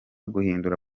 guhindura